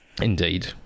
indeed